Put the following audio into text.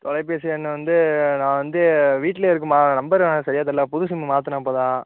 தொலைப்பேசி எண் வந்து நான் வந்து வீட்லேயே இருக்கும்மா நம்பரு ஆனால் சரியாக தெரில புது சிம்மு மாற்றின இப்போ தான்